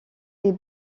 est